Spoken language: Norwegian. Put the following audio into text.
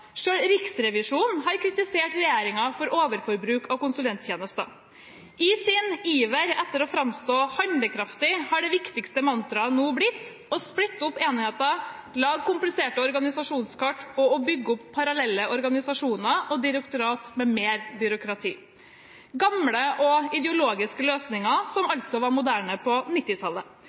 Riksrevisjonen har kritisert regjeringen for overforbruk av konsulenttjenester. I sin iver etter å framstå handlekraftig har det viktigste mantraet nå blitt å splitte opp enheter, lage kompliserte organisasjonskart og bygge opp parallelle organisasjoner og direktorater med mer byråkrati – gamle og ideologiske løsninger som altså var moderne på